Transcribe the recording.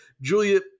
Julia